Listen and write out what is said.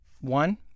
one